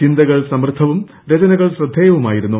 ചിന്തകൾ സമൃദ്ധവും രചനകൾ ശ്രദ്ധേയവുമായിരുന്നു